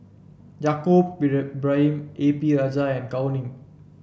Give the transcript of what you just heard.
Yaacob Ibrahim A P Rajah and Gao Ning